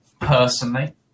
personally